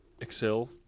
Excel